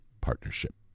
Partnership